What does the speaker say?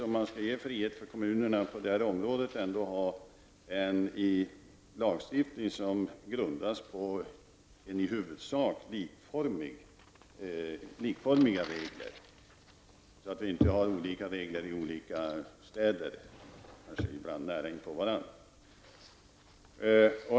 Om man skall ge frihet åt kommunerna på det här området, måste vi naturligtvis ha en lagstiftning som grund för i huvudsak likformiga regler så att vi inte får olika regler i olika städer som kanske ibland ligger nära intill varandra.